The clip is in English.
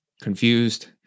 confused